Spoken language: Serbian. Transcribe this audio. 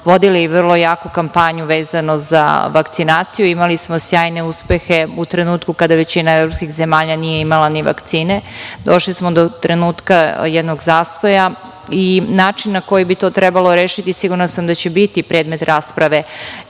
vodili vrlo jaku kampanju vezano za vakcinaciju, imali smo sjajne uspehe u trenutku kada većina evropskih zemalja nije imala ni vakcine. Došli smo do trenutka jednog zastoja i način na koji bi to trebalo rešiti sigurna sam da će biti predmet rasprave